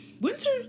Winter